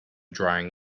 drying